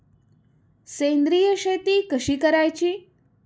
सेंद्रिय शेती कशी करायची?